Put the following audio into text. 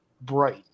bright